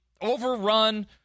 overrun